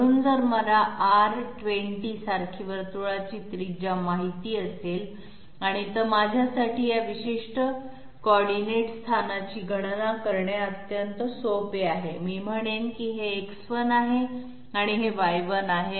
म्हणून जर मला R 20 सारखी वर्तुळाची त्रिज्या माहित असेल तर माझ्यासाठी या विशिष्ट समन्वय स्थानाची गणना करणे अत्यंत सोपे आहे मी म्हणेन की हे X1 आहे आणि हे Y1 आहे